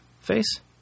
face